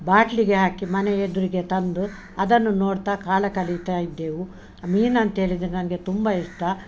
ಬಾಟ್ಲಿಗೆ ಹಾಕಿ ಮನೆ ಎದ್ರಿಗೆ ತಂದು ಅದನ್ನು ನೋಡ್ತಾ ಕಾಲ ಕಳಿತಾ ಇದ್ದೆವು ಅ ಮೀನು ಅಂತೇಳಿದರೆ ನನಗೆ ತುಂಬಾ ಇಷ್ಟ